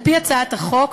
על-פי הצעת החוק,